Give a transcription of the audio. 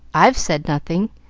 i've said nothing.